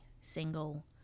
single